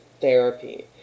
therapy